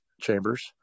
Chambers